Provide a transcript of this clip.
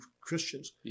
Christians